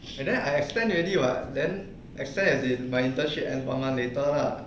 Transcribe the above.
and then I extend already [what] then extend as in my internship and one month later lah